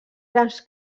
grans